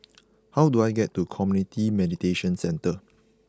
how do I get to Community Mediation Centre